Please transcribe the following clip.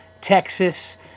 Texas